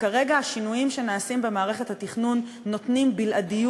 שכרגע השינויים שנעשים במערכת התכנון נותנים בלעדיות